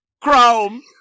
chrome